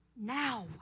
now